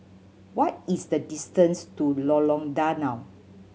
what is the distance to Lorong Danau